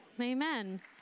amen